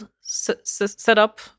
setup